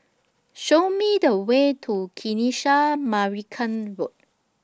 Show Me The Way to Kanisha Marican Road